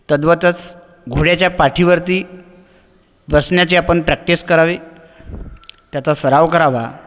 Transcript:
तद्वतच घोड्याच्या पाठीवरती बसण्याची आपण प्रॅक्टिस करावी त्याचा सराव करावा